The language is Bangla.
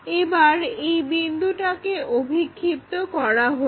এবার এই বিন্দুটাকে অভিক্ষিপ্ত করা হলো